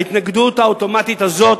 ההתנגדות האוטומטית הזאת,